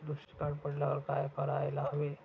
दुष्काळ पडल्यावर काय करायला हवे?